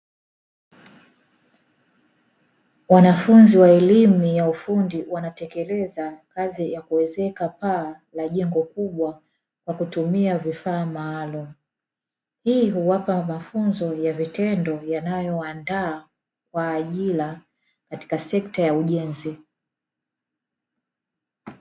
Wanafunzi wa elimu ya ufundi wanatekeleza kazi ya kuwekeza paa la jengo kubwa kwa kutumia vifaa maalumu. Hii huwapa mafunzo ya vitendo yanayowaandaa kwa ajira katika sekta ya ujenzi.